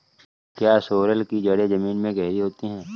क्या सोरेल की जड़ें जमीन में गहरी होती हैं?